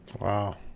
Wow